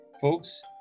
folks